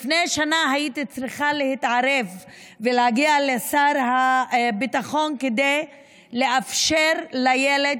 לפני שנה הייתי צריכה להתערב ולהגיע לשר הביטחון כדי לאפשר לילד,